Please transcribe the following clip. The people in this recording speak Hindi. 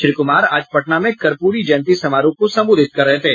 श्री कुमार आज पटना में कर्पूरी जयंती समरोह को संबोधित कर रहे थे